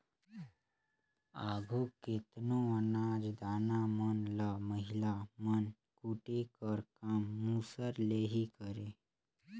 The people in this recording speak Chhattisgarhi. आघु केतनो अनाज दाना मन ल महिला मन कूटे कर काम मूसर ले ही करें